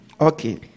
okay